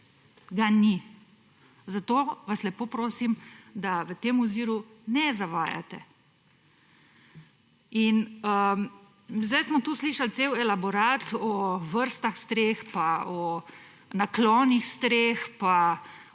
ga ni. Zato vas lepo prosim, da v tem oziru ne zavajate. In, zdaj smo tu slišal cel elaborat, o vrstah streh, pa o naklonih streh, pa